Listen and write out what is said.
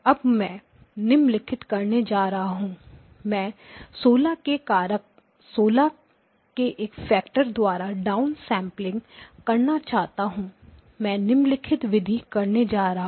अब मैं निम्नलिखित करने जा रहा हूं मैं 16 के एक फ़ैक्टर द्वारा डा उन सैंपलिंग करना चाहता हूं मैं निम्नलिखित विधि करने जा रहा हूं